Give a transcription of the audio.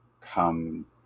come